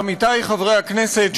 עמיתי חברי הכנסת,